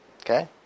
Okay